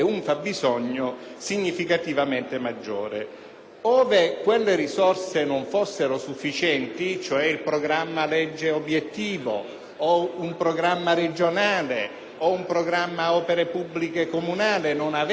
Ove quelle risorse non fossero sufficienti, cioè il programma legge obiettivo o un programma regionale o un programma opere pubbliche comunale non avesse la necessaria disponibilità di risorse,